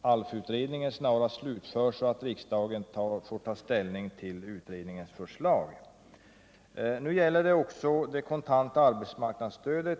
ALF-utredningen snarast slutförs, så att riksdagen får ta ställning till dess förslag. Nu gäller det också det kontanta arbetsmarknadsstödet.